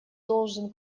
должен